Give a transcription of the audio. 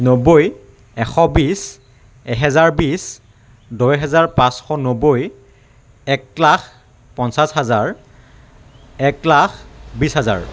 নব্বৈ এশ বিছ এহেজাৰ বিছ দহ হেজাৰ পাঁচশ নব্বৈ একলাখ পঞ্চাছ হাজাৰ একলাখ বিছ হাজাৰ